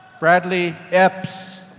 bradley epps.